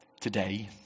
today